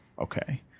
Okay